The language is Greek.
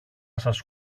σας